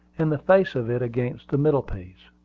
and the face of it against the middle piece.